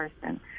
person